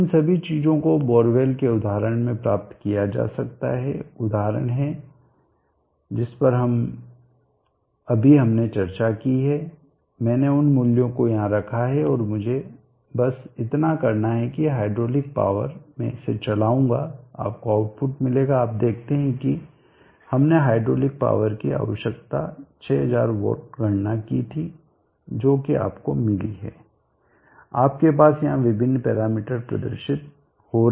तो इन सभी चीजों को बोरवेल के उदाहरण में प्राप्त किया जा सकता है उदाहरण है जिस पर अभी हमने चर्चा की है मैंने उन मूल्यों को यहां रखा है और मुझे बस इतना करना है हाइड्रोलिक पावर मैं इसे चलाऊंगा आपको आउटपुट मिलेगा आप देखते हैं कि हमने हाइड्रोलिक पावर की आवश्यकता 6000 वाट गणना की थी जो कि आपको मिली है आपके पास यहां विभिन्न पैरामीटर प्रदर्शित हो रहे हैं